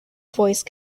voice